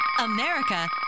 America